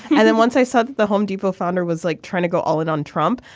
and then once i saw the home depot founder was like trying to go all in on trump.